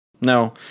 No